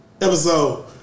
Episode